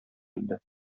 инде